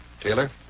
Taylor